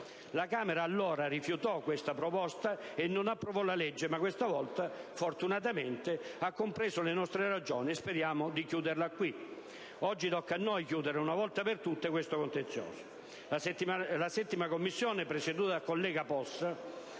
La Camera allora rifiutò questa proposta e non approvò la legge, ma questa volta fortunatamente ha compreso le nostre ragioni e speriamo di chiudere qui la vicenda. Oggi tocca a noi chiudere una volta per tutte questo contenzioso. La 7a Commissione, presieduta dal collega Possa,